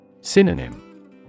Synonym